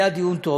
היה דיון טוב,